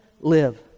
live